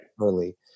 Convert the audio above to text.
early